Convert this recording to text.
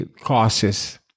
causes